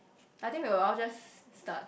I think we'll all just start